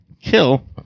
kill